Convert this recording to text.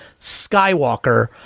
Skywalker